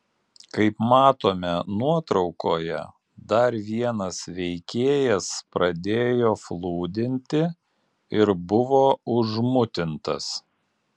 kaip matome nuotraukoje dar vienas veikėjas pradėjo flūdinti ir buvo užmutintas